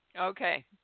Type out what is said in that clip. Okay